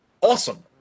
awesome